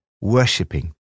worshipping